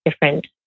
different